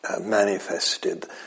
manifested